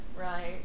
right